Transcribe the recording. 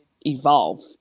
evolve